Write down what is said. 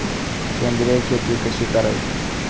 सेंद्रिय शेती कशी करायची?